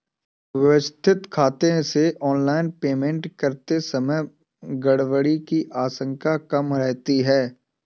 व्यवस्थित खाते से ऑनलाइन पेमेंट करते समय गड़बड़ी की आशंका कम रहती है